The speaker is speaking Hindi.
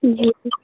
जी